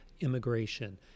immigration